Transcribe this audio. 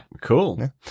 cool